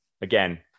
again